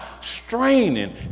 straining